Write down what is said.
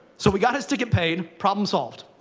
so we got his ticket paid. problem solved.